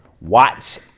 watch